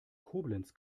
koblenz